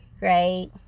right